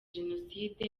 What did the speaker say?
jenoside